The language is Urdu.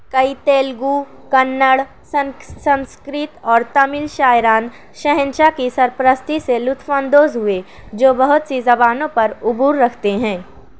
کئی تیلگو کنڑ سن سنسکرت اور تمل شاعران شہنشاہ کی سرپرستی سے لطف اندوز ہوئے جو بہت سی زبانوں پر عبور رکھتے ہیں